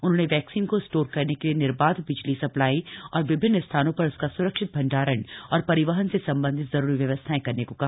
उन्होंने वैक्सीन को स्टोर करने के लिए निर्बाध बिजली सप्लाई और विभिन्न स्थानों पर उसका स्रक्षित भंडारण और परिवहन से संबंधित जरूरी व्यवस्थाएं करने को कहा